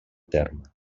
terme